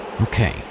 Okay